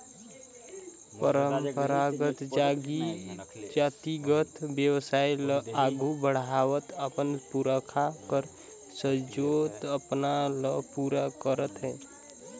परंपरागत जातिगत बेवसाय ल आघु बढ़ावत अपन पुरखा कर संजोल सपना ल पूरा करत अहे